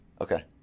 Okay